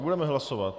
Budeme hlasovat.